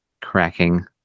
cracking